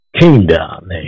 Kingdom